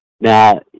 Now